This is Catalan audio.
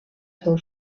seu